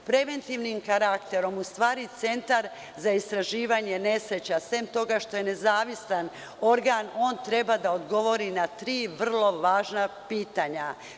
Preventivnim karakterom u stvari centar za istraživanje nesreća, sem toga što je nezavistan organ, on treba da odgovori na tri vrlo važna pitanja.